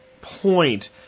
point